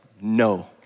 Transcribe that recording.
no